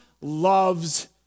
loves